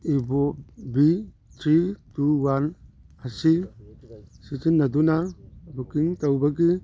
ꯏꯕꯣꯕꯤ three two one ꯑꯁꯤ ꯁꯤꯖꯤꯟꯅꯗꯨꯅ booking ꯇꯧꯕꯒꯤ